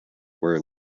were